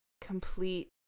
complete